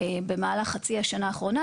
במהלך חצי השנה האחרונה,